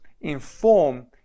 inform